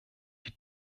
die